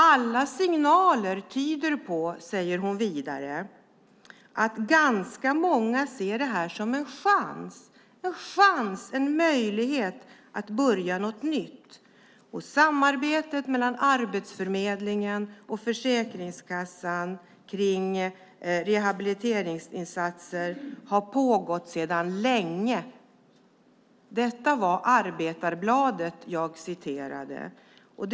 "De signaler jag har fått tyder på", säger hon vidare, "att ganska många ser det här som en chans och en möjlighet att börja något nytt." Samarbetet mellan Arbetsförmedlingen och Försäkringskassan kring rehabiliteringsinsatser har pågått sedan länge. Det var Arbetarbladet jag citerade ur.